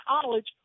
college